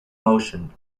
motion